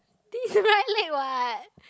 this is right leg [what]